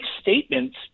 statements